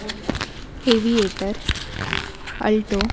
aviator alto